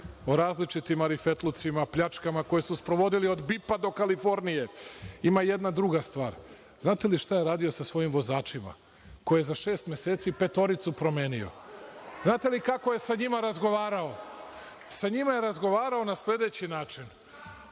o različitim marifetlucima, pljačkama koje su sprovodili od BIP-a do „Kalifornije“. Ima jedna druga stvar. Znate li šta je uradio sa svojim vozačima, koje je za šest meseci petoricu promenio? Znate li kako je sa njima razgovarao? Sa njima je razgovarao na sledeći način